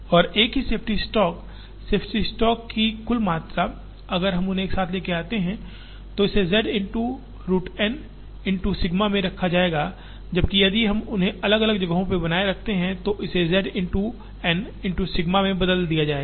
और एक ही सेफ्टी स्टॉक सेफ्टी स्टॉक की कुल मात्रा अगर हम उन्हें एक साथ लाते हैं तो इसे z into root N into sigma में रखा जाएगा जबकि यदि हम उन्हें अलग अलग जगहों पर बनाए रखते हैं तो इसे z into N into sigma में बदल दिया जाएगा